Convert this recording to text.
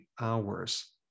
hours